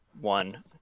one